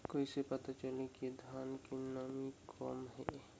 कइसे पता चलही कि धान मे नमी कम हे?